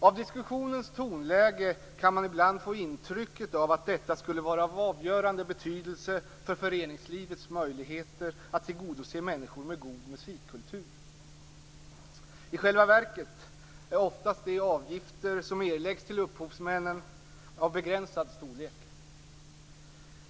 Av diskussionens tonläge kan man ibland få intrycket att detta skulle vara av avgörande betydelse för föreningslivets möjligheter att tillgodose människor med god musikkultur. I själva verket är oftast de avgifter som erläggs till upphovsmännen av begränsad storlek.